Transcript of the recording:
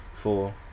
four